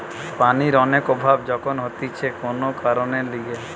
পানির অনেক অভাব যখন হতিছে কোন কারণের লিগে